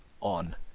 on